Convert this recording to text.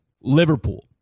Liverpool